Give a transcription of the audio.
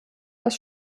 das